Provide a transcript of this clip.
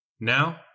Now